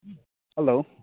hello